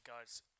guys